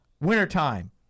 wintertime